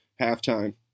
halftime